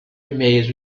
emails